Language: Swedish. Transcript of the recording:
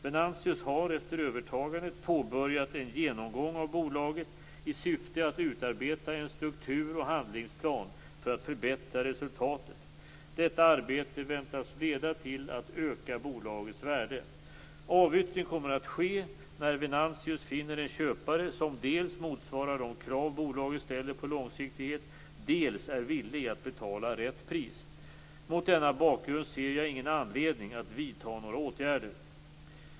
Venantius har efter övertagandet påbörjat en genomgång av bolaget i syfte att utarbeta en struktur och handlingsplan för att förbättra resultatet. Detta arbete väntas leda till att öka bolagets värde. Avyttring kommer att ske när Venantius finner en köpare som dels motsvarar de krav bolaget ställer på långsiktighet, dels är villig att betala rätt pris. Mot denna bakgrund ser jag ingen anledning att vidta några åtgärder.